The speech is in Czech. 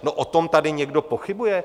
No o tom tady někdo pochybuje?